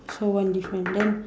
so one different then